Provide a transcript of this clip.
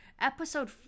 episode